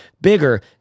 bigger